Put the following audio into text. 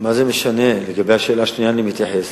מה זה משנה, לגבי השאלה השנייה אני מתייחס,